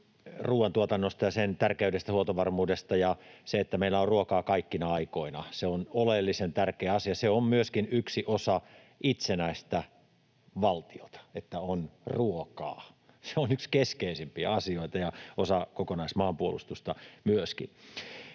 ruoantuotannosta ja sen tärkeydestä, huoltovarmuudesta, ja se, että meillä on ruokaa kaikkina aikoina, on oleellisen tärkeä asia. Se on myöskin yksi osa itsenäistä valtiota, että on ruokaa. Se on yksi keskeisimpiä asioita ja myöskin osa kokonaismaanpuolustusta.